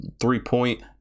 three-point